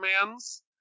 commands